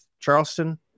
Charleston